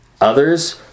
Others